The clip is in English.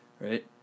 Right